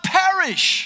perish